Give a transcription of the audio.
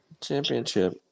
Championship